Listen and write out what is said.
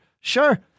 sure